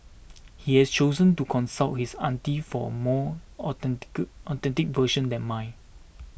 he has chosen to consult his auntie for more authentic version than mine